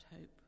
hope